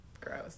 Gross